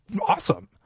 awesome